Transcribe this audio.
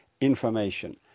information